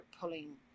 pulling